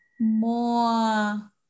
more